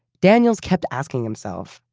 daniels kept asking himself,